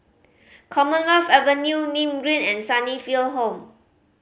Commonwealth Avenue Nim Green and Sunnyville Home